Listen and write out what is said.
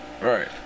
Right